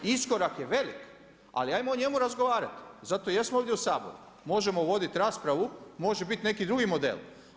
Iskorak je veliki ali ajmo o njemu razgovarati, zato i jesmo ovdje u Saboru, možemo voditi raspravu, može biti neki drugi model.